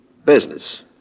Business